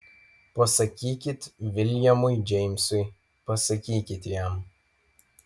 pasakykit viljamui džeimsui pasakykit jam